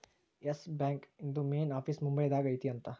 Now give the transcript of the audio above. S Bank ಇಂದು main office Mumbai ದಾಗ ಐತಿ ಅಂತ